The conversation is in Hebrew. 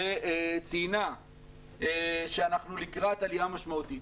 שציינה שאנחנו לקראת עלייה משמעותית.